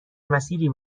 مسیری